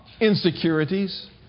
insecurities